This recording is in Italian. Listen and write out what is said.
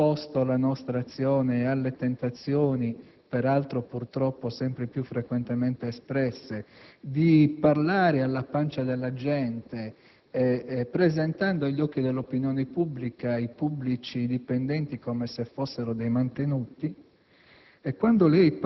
e avremmo opposto la nostra azione alle tentazioni - peraltro, purtroppo, sempre più frequenti - di parlare alla pancia della gente, presentando agli occhi dell'opinione pubblica i pubblici dipendenti come fossero dei mantenuti.